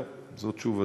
זהו, זאת תשובתנו.